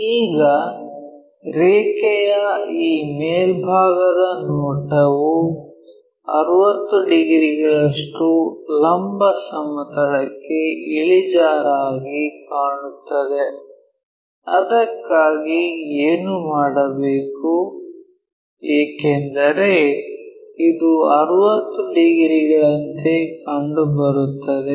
ಈಗ ರೇಖೆಯ ಈ ಮೇಲ್ಭಾಗದ ನೋಟವು 60 ಡಿಗ್ರಿಗಳಷ್ಟು ಲಂಬ ಸಮತಲಕ್ಕೆ ಇಳಿಜಾರಾಗಿ ಕಾಣುತ್ತದೆ ಅದಕ್ಕಾಗಿ ಏನು ಮಾಡಬೇಕು ಏಕೆಂದರೆ ಇದು 60 ಡಿಗ್ರಿಗಳಂತೆ ಕಂಡುಬರುತ್ತದೆ